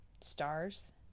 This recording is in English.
Stars